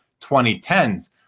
2010s